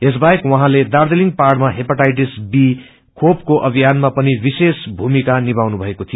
यसबाहेक उहाँले राजीलिङ पाहाइमा हेपाटाईटिस खेपको अभियानमा पनि विशेष भूमिका निभाउनु भएको थियो